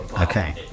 okay